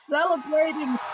Celebrating